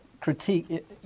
critique